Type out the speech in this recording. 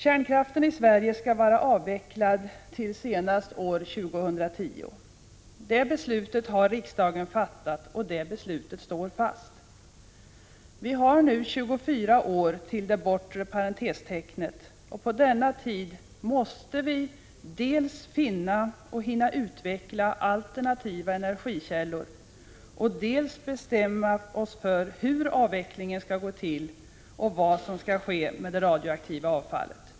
Kärnkraften i Sverige skall vara avvecklad till senast 2010. Det beslutet har riksdagen fattat, och det står fast. Vi har nu 24 år till det bortre parentestecknet. På denna tid måste vi dels finna och hinna utveckla alternativa energikällor, dels bestämma oss för hur avvecklingen skall gå till och vad som skall ske med det radioaktiva avfallet.